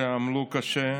שעמלו קשה.